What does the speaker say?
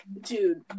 Dude